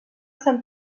sant